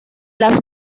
las